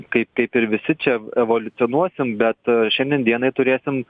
kaip kaip ir visi čia evoliucionuosim bet šiandien dienai turėsim